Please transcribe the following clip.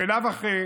בלאו הכי